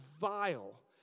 vile